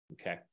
okay